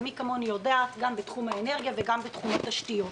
ומי כמוני יודעת: גם בתחום האנרגיה וגם בתחום התשתיות.